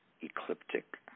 ecliptic